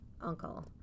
Uncle